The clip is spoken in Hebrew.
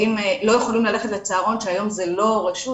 יכולים ללכת לצהרון כשהיום זה כבר לא רשות.